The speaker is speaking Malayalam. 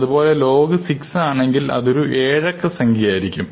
അതേപോലെ log 6 ആണെങ്കിൽ അതൊരു 7 അക്ക സംഖ്യ ആയിരിക്കും